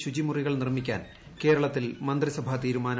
ശുചിമുറികൾ നിർമ്മിക്കാൻ കേരളത്തിൽ മന്ത്രിസഭാ തീരുമാനം